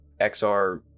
xr